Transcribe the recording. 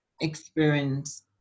experience